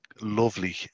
Lovely